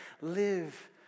live